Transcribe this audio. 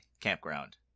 campground